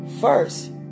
first